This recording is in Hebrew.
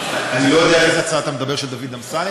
אני לא יודע על איזו הצעה אתה מדבר של דוד אמסלם.